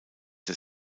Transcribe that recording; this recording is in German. der